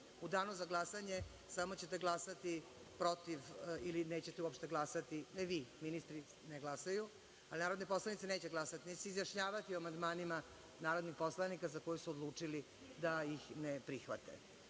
danu za glasanje samo ćete glasati protiv ili nećete uopšte glasati, ne vi, ministri ne glasaju, ali narodni poslanici neće glasati, neće se izjašnjavati o amandmanima narodnih poslanika za koje su odlučili da ih ne prihvate. Nije